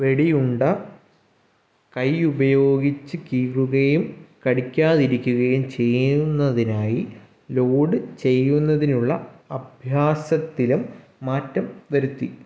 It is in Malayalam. വെടിയുണ്ട കയ്യുപയോഗിച്ചു കീറുകയും കടിക്കാതിരിക്കുകയും ചെയ്യുന്നതിനായി ലോഡ് ചെയ്യുന്നതിനുള്ള അഭ്യാസത്തിലും മാറ്റം വരുത്തി